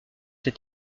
ces